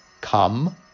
come